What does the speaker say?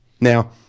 Now